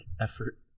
effort